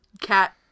cat